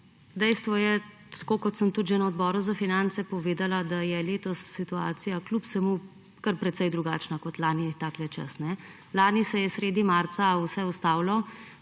Dejstvo je, tako kot sem že na Odboru za finance povedala, da je letos situacija kljub vsemu kar precej drugačna kot lani takle čas. Lani se je sredi marca vse ustavilo,